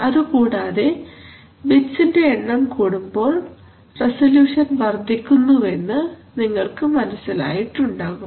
അതുകൂടാതെ ബിറ്റ്സിന്റെ എണ്ണം കൂടുമ്പോൾ റസല്യൂഷൻ വർദ്ധിയ്ക്കുന്നുവെന്ന് നിങ്ങൾക്ക് മനസ്സിലായിട്ടുണ്ടാകും